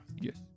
yes